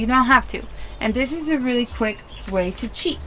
you now have to and this is a really quick way to cheat